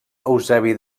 eusebi